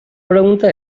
pregunta